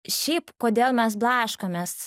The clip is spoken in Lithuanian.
šiaip kodėl mes blaškomės